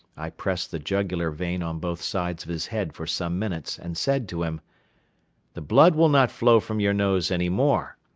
i pressed the jugular vein on both sides of his head for some minutes and said to him the blood will not flow from your nose any more.